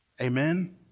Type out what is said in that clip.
Amen